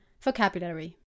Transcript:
vocabulary